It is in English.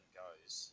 goes